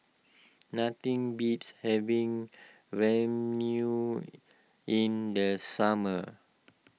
nothing beats having Ramyeon in the summer